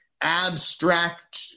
abstract